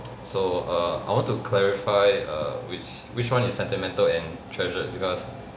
so err I want to clarify err which which one is sentimental and treasure because